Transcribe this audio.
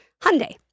Hyundai